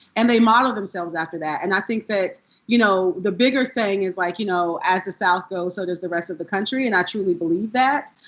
and they model themselves after that. and i think that you know the bigger saying is like you know, as the south goes, so does the rest of the country. and i truly believe that.